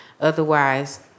Otherwise